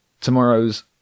Tomorrow's